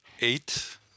eight